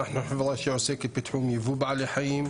אנחנו חברה שעוסקת בתחום ייבוא בעלי חיים,